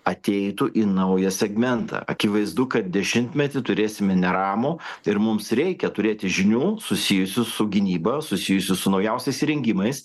ateitų į naują segmentą akivaizdu kad dešimtmetį turėsime neramų ir mums reikia turėti žinių susijusių su gynyba susijusių su naujausiais įrengimais